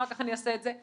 אחר כך אני אעשה את זה.